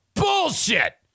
Bullshit